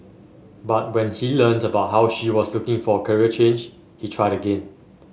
but when he learnt about how she was looking for a career change he tried again